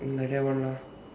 mm like that one lah